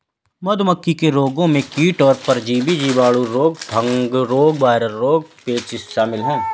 मधुमक्खी के रोगों में कीट और परजीवी, जीवाणु रोग, फंगल रोग, वायरल रोग, पेचिश शामिल है